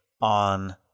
on